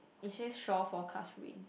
it says shore forecast rain